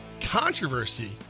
controversy